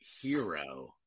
hero